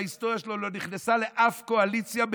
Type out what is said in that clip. בהיסטוריה שלה לא נכנסה לאף קואליציה,